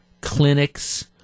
clinics